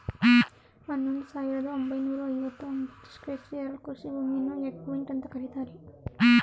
ಹನ್ನೊಂದು ಸಾವಿರದ ಒಂಬೈನೂರ ಐವತ್ತ ಒಂಬತ್ತು ಸ್ಕ್ವೇರ್ ಯಾರ್ಡ್ ಕೃಷಿ ಭೂಮಿಯನ್ನು ಹೆಕ್ಟೇರ್ ಅಂತ ಕರೀತಾರೆ